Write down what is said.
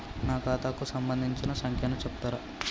నా ఖాతా కు సంబంధించిన సంఖ్య ను చెప్తరా?